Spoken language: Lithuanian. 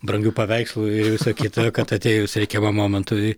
brangių paveikslų ir visa kita kad atėjus reikiamam momentui